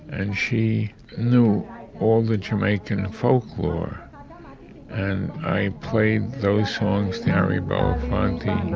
and she knew all the jamaican folklore and i played those songs to harry belafonte.